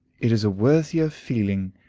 it is a worthier feeling,